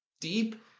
deep